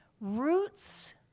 roots